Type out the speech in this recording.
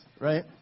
right